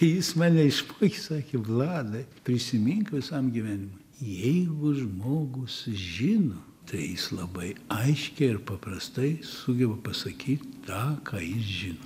ir jis mane išmokė sakė vladai prisimink visam gyvenimui jeigu žmogus žino tai jis labai aiškiai ir paprastai sugeba pasakyt tą ką jis žino